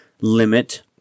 limit